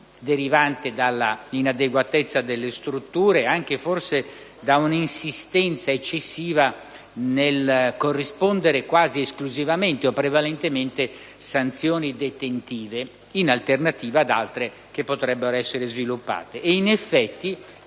derivante dall'inadeguatezza delle strutture e anche, forse, da una insistenza eccessiva nell'applicare, quasi esclusivamente o prevalentemente, sanzioni detentive in luogo di altre che potrebbero essere sviluppate.